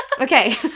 Okay